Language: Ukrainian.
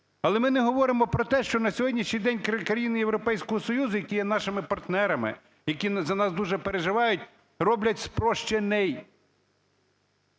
Але ми не говоримо про те, що на сьогоднішній день, крім країн Європейського Союзу, які є нашими партнерами, які за нас дуже переживають, роблять спрощений